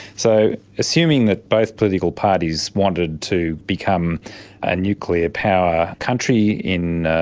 so assuming that both political parties wanted to become a nuclear power country in,